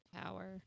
power